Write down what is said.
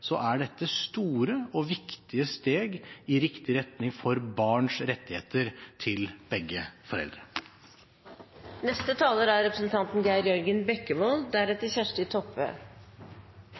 er dette store og viktige steg i riktig retning for barns rettigheter til begge foreldre. Kristelig Folkeparti er